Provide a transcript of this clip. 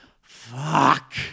fuck